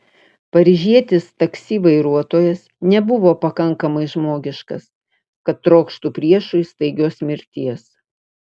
paryžietis taksi vairuotojas nebuvo pakankamai žmogiškas kad trokštų priešui staigios mirties